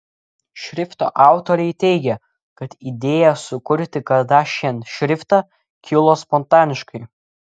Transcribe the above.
šrifto autoriai teigia kad idėja sukurti kardashian šriftą kilo spontaniškai